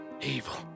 Evil